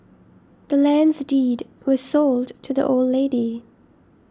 the land's deed was sold to the old lady